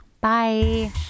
Bye